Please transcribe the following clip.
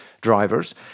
drivers